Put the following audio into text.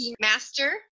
master